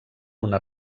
una